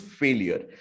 failure